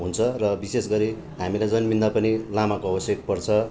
हुन्छ र विशेष गरी हामीलाई जन्मँदा पनि लामाको आवश्यक पर्छ